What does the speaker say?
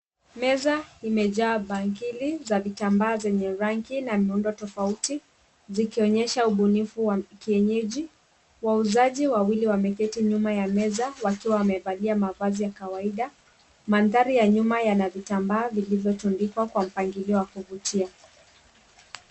Meza imejaa bangili za vitambaa zenye rangi na miundo tofauti zikionyesha ubunifu wa kienyeji. Wauzaji wawili wameketi nyuma ya meza wakiwa wamevalia mavazi ya kawaida. Mandhari ya nyuma yana vitambaa vilivyotundikwa kwa mpangilio wa kuvutia.